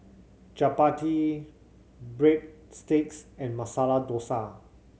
Chapati Breadsticks and Masala Dosa